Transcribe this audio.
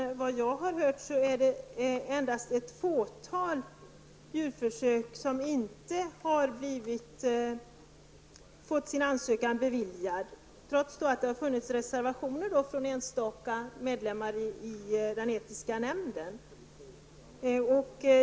Enligt vad jag har hört är det endast i ett fåtal fall som ansökan om djurförsök inte har blivit beviljad, trots att det har funnits reservationer från enstaka medlemmar av den etiska nämnden.